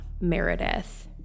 Meredith